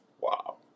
wow